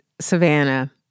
Savannah